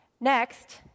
Next